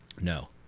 no